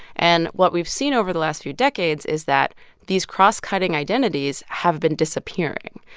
and what we've seen over the last few decades is that these crosscutting identities have been disappearing.